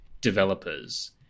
developers